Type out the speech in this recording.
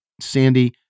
Sandy